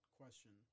question